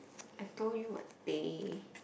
I told you what they